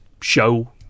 show